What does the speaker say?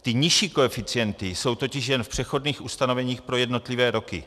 Ty nižší koeficienty jsou totiž jen v přechodných ustanoveních pro jednotlivé roky.